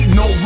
no